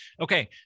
Okay